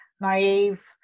naive